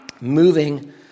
moving